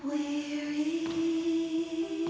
really